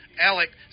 Alec